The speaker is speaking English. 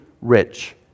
rich